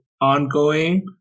ongoing